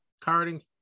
carding